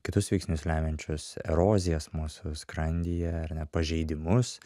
kitus veiksnius lemiančius erozijas mūsų skrandyje ar ne pažeidimus